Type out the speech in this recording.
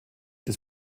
des